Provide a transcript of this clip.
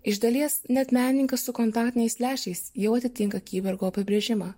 iš dalies net menininkas su kontaktiniais lęšiais jau atitinka kyborgo apibrėžimą